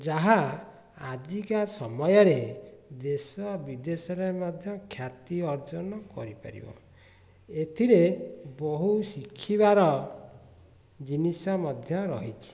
ଯାହା ଆଜିକା ସମୟରେ ଦେଶ ବିଦେଶରେ ମଧ୍ୟ ଖ୍ୟାତି ଅର୍ଜନ କରିପାରିବ ଏଥିରେ ବହୁ ଶିଖିବାର ଜିନିଷ ମଧ୍ୟ ରହିଛି